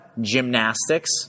gymnastics